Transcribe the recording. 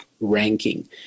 ranking